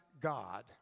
God